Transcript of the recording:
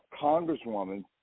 congresswoman